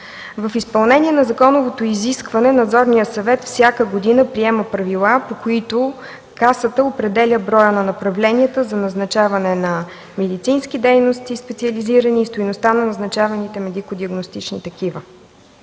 В изпълнение на законовото изискване, Надзорният съвет всяка година приема правила, по които Касата определя броя на направленията за назначаване на специализирани медицински дейности и стойността на назначаваните медико-диагностични такива